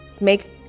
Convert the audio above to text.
make